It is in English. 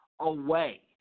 away